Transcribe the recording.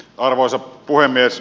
arvoisa puhemies